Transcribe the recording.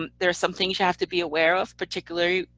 um there're some things you have to be aware of, particularly,